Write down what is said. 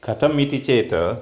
कथम् इति चेत्